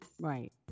Right